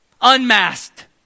unmasked